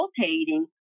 rotating